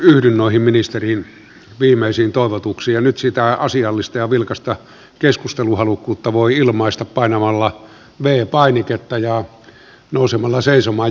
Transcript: yhdyn noihin ministerin viimeisiin toivotuksiin ja nyt sitä asiallista ja vilkasta keskusteluhalukkuutta voi ilmaista painamalla v painiketta ja nousemalla seisomaan